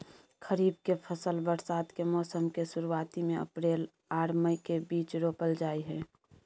खरीफ के फसल बरसात के मौसम के शुरुआती में अप्रैल आर मई के बीच रोपल जाय हय